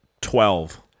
twelve